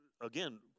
Again